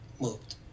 moved